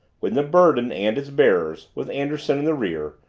when the burden and its bearers, with anderson in the rear,